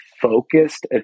focused